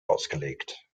ausgelegt